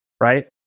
right